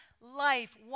life